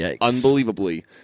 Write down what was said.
unbelievably